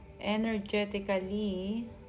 energetically